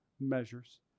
measures